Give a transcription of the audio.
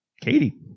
Katie